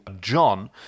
John